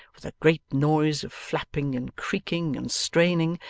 with a great noise of flapping and creaking and straining,